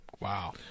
Wow